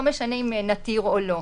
לא משנה אם נתיר או לא.